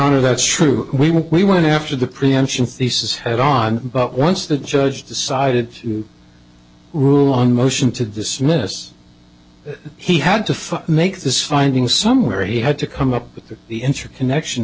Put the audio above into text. honor that's true we went after the preemption thesis head on but once the judge decided to rule on motion to dismiss he had to file make this finding somewhere he had to come up with the interconnection